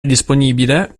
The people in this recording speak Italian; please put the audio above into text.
disponibile